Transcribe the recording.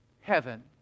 heaven